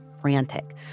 frantic